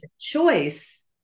choice